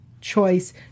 choice